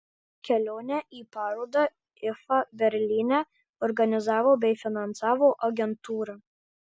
kelionę į parodą ifa berlyne organizavo bei finansavo agentūra